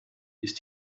bis